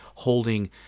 Holding